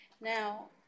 now